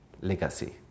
legacy